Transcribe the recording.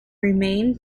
remain